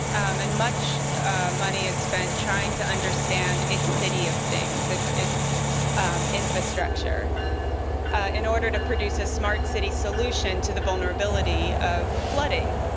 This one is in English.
and much money is spent trying to understand its city of things, its ah its infrastructure in order to produce a smart city solution to the vulnerability of flooding.